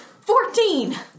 Fourteen